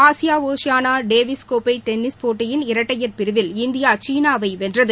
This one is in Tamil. ஆசியா ஒசியாளா டேவிஸ் கோப்பை டென்னிஸ் போட்டியின் இரட்டையர் பிரிவில் இந்தியா சீனாவை வெள்நது